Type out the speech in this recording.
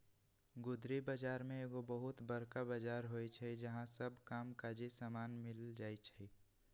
गुदरी बजार में एगो बहुत बरका बजार होइ छइ जहा सब काम काजी समान मिल जाइ छइ